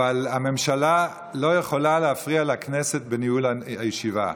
אבל הממשלה לא יכולה להפריע לכנסת בניהול הישיבה.